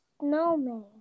snowman